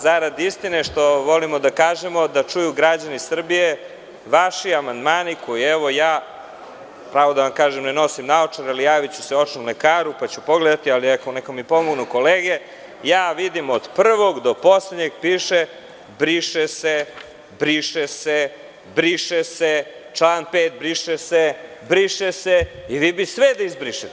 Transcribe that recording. Zarad istine, što volimo da kažemo, da čuju građani Srbije, vaši amandmani koje, evo, ja, pravo da vam kažem ne nosim naočare ali javiću se očnom lekaru pa ću pogledati, ali neka mi pomognu kolege, ja vidim od prvog do poslednjeg piše – briše se, briše se, član 5. briše se, briše se i vi bi sve da izbrišete?